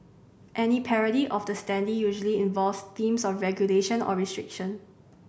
any parody of the standee usually involves themes of regulation or restriction